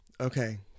Okay